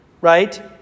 right